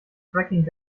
fracking